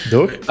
Door